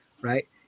right